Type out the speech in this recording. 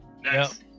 next